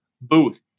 Booth